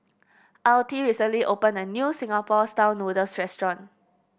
Altie recently opened a new Singapore style noodles restaurant